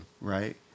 right